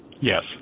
Yes